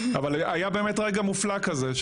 אבל היה באמת רגע מופלא כזה,